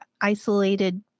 isolated